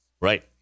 Right